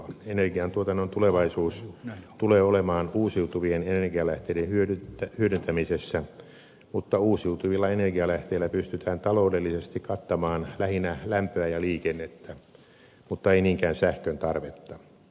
energian tuotannon tulevaisuus tulee olemaan uusiutuvien energialähteiden hyödyntämisessä mutta uusiutuvilla energialähteillä pystytään taloudellisesti kattamaan lähinnä lämpöä ja liikennettä mutta ei niinkään sähkön tarvetta